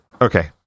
Okay